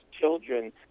children